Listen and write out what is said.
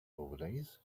overlays